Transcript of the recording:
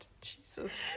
Jesus